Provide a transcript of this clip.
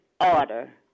order